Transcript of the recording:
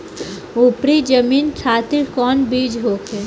उपरी जमीन खातिर कौन बीज होखे?